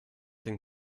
den